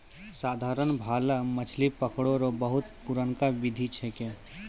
साधारण भाला मछली पकड़ै रो बहुते पुरनका बिधि छिकै